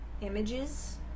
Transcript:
Images